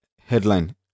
headline